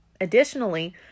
Additionally